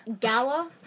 Gala